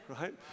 right